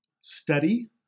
Study